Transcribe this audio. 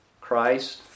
Christ